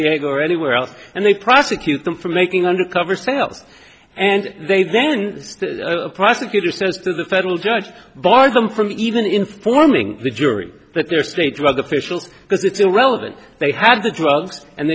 diego or anywhere else and they prosecute them for making undercover sales and they then a prosecutor says to the federal judge barred them from even informing the jury that there's a drug officials because it's irrelevant they had the drugs and